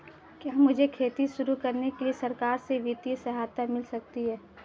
क्या मुझे खेती शुरू करने के लिए सरकार से वित्तीय सहायता मिल सकती है?